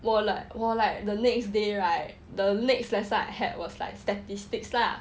我 like 我 like the next day right the next lesson I had was like statistics lah